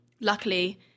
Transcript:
luckily